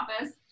office